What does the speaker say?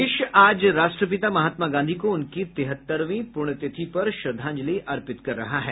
देश आज राष्ट्रपिता महात्मा गांधी को उनकी तेहत्तरवीं प्रण्यतिथि पर श्रद्धांजलि अर्पित कर रहा है